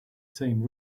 same